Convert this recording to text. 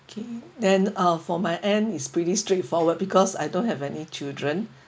okay then uh for my end is pretty straightforward because I don't have any children